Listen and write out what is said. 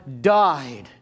died